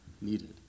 needed